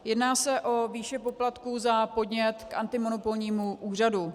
Jedná se o výši poplatků za podnět k antimonopolnímu úřadu.